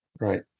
right